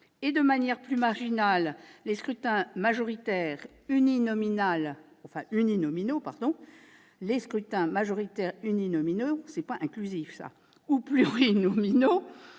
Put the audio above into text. et, de manière plus marginale, les scrutins majoritaires uninominaux ou plurinominaux,